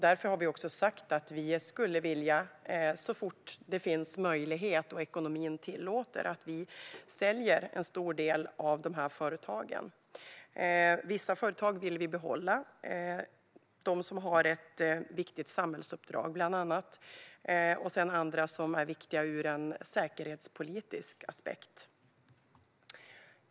Därför har vi sagt att vi, så fort det finns möjlighet och ekonomin tillåter, säljer en stor del av dessa företag. Vissa företag vill vi behålla: de som har ett viktigt samhällsuppdrag och även andra som är viktiga ur en säkerhetspolitisk aspekt.